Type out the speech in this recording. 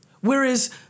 Whereas